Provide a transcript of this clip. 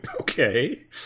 Okay